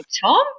Tom